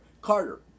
Carter